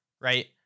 right